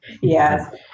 Yes